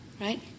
right